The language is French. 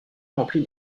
remplit